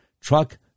truck